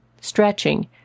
stretching